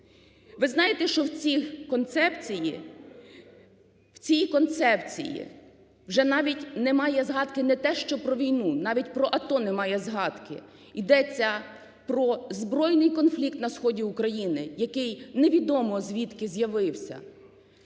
концепції, в цій концепції вже навіть немає згадки не те що про війну – навіть по АТО немає згадки? Йдеться про збройний конфлікт на сході України, який невідомо звідки з'явився.